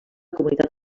comunitat